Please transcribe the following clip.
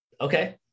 Okay